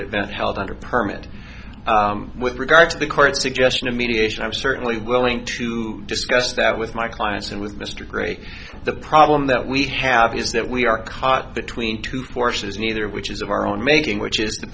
event held under permit with regard to the current suggestion of mediation i'm certainly willing to discuss that with my clients and with mr gray the problem that we have is that we are caught between two forces neither of which is of our own making which is th